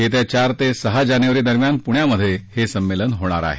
येत्या चार ते सहा जानेवारी दरम्यान पुण्यात हे संमेलन होणार आहे